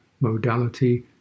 modality